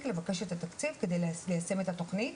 לבקש את התקציב כדי ליישם את התוכנית.